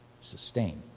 Sustain